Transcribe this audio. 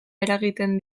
eragiten